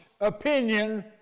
opinion